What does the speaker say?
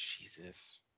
jesus